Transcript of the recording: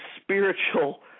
spiritual